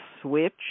switch